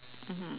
mmhmm